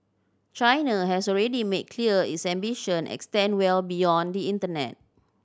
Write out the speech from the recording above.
China has already made clear its ambition extend well beyond the internet